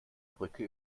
brücke